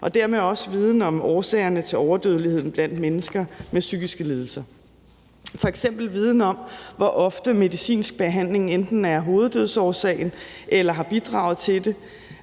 og dermed også viden om årsagerne til overdødeligheden blandt mennesker med psykiske lidelser, f.eks. viden om, hvor ofte medicinsk behandling enten er hoveddødsårsagen eller har bidraget til det,